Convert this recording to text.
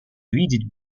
видеть